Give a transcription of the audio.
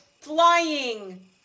flying